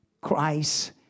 Christ